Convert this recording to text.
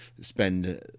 spend